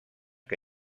que